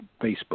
Facebook